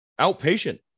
outpatient